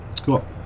Cool